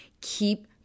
Keep